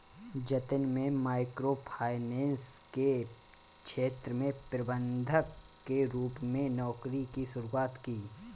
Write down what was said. जतिन में micro finance के क्षेत्र में प्रबंधक के रूप में नौकरी की शुरुआत की